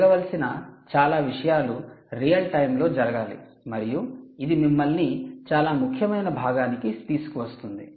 జరగవలసిన చాలా విషయాలు రియల్ టైమ్ లో జరగాలి మరియు ఇది మమ్మల్ని చాలా ముఖ్యమైన భాగానికి తీసుకువస్తుంది